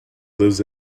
lives